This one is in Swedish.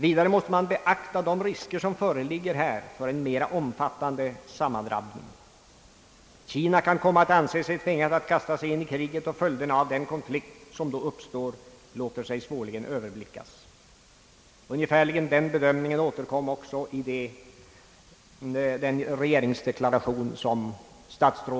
Vidare måste man beakta de risker för en mera omfattande sammandrabbning som föreligger — Kina kan komma att anse sig tvingat att kasta sig in i kri get, och följderna av den konflikt som då uppstår låter sig svårligen överblickas.